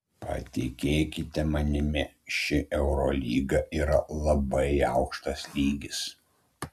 patikėkite manimi ši eurolyga yra labai aukštas lygis